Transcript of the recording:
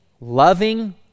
loving